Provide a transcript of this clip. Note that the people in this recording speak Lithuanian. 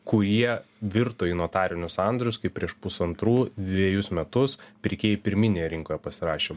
kurie virto į notarinius sandorius kaip prieš pusantrų dvejus metus pirkėjai pirminėje rinkoje pasirašė